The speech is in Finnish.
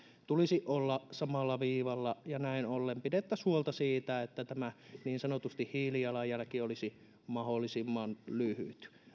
tulisi olla samalla viivalla ja näin ollen pidettäisiin huolta siitä että niin sanotusti tämä hiilijalanjälki olisi mahdollisimman lyhyt